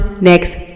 next